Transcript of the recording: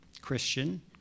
Christian